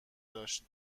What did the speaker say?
داشت